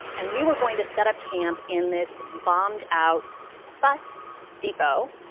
and we were going to set up camp in this bombed out bus depot.